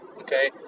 okay